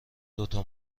دوتا